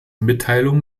mitteilung